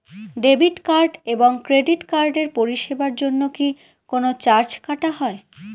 Debit card এবং credit কার্ডের পরিষেবার জন্য কি কোন চার্জ কাটা হয়?